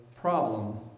problem